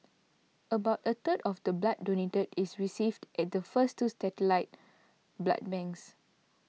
about a third of the blood donated is received at the first two satellite blood banks